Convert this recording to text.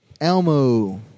Elmo